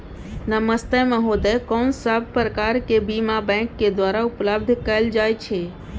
नमस्ते महोदय, कोन सब प्रकार के बीमा बैंक के द्वारा उपलब्ध कैल जाए छै?